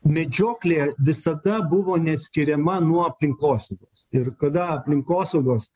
medžioklė visada buvo neatskiriama nuo aplinkosaugos ir kada aplinkosaugos